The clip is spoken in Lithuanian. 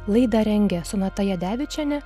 laidą rengė sonata jadevičienė